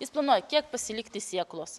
jis planuoja kiek pasilikti sėklos